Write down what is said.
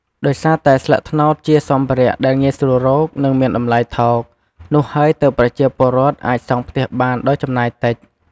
ដោយសារតែ ស្លឹកត្នោតជាសម្ភារៈដែលងាយស្រួលរក និងមានតម្លៃថោក នោះហើយទើបប្រជាពលរដ្ឋអាច សង់ផ្ទះបានដោយចំណាយតិច។